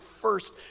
first